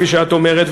כפי שאת אומרת,